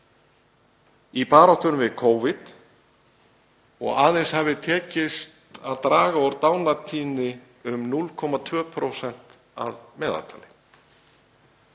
í baráttunni við Covid og aðeins hafi tekist að draga úr dánartíðni um 0,2% að meðaltali.